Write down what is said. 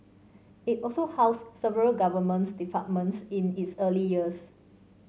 it also housed several Government departments in its early years